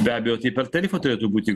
be abejo tai per tarifą turėtų būti